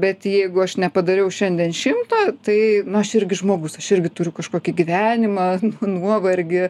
bet jeigu aš nepadariau šiandien šimto tai nu aš irgi žmogus aš irgi turiu kažkokį gyvenimą nuovargį